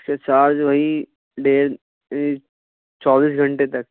اس کا چارج وہی ڈیڑھ چوبیس گھنٹے تک